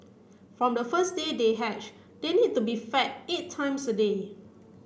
from the first day they hatch they need to be fed eight times a day